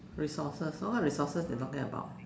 resources what kind of resources you talking about